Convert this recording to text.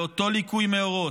לאותו ליקוי מאורות,